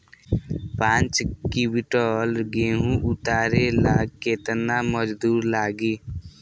पांच किविंटल गेहूं उतारे ला केतना मजदूर लागी?